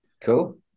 Cool